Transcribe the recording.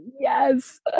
Yes